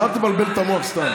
אז אל תבלבל את המוח סתם.